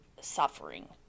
suffering